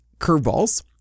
curveballs